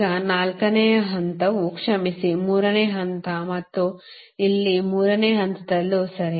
ಈಗ ನಾಲ್ಕನೇ ಹಂತವು ಕ್ಷಮಿಸಿ ಮೂರನೇ ಹಂತ ಮತ್ತು ಇಲ್ಲಿ ಮೂರನೇ ಹಂತದಲ್ಲೂ ಸರಿ